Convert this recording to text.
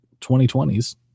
2020s